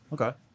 Okay